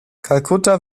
kalkutta